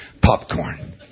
popcorn